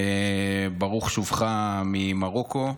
ברוך שובך ממרוקו.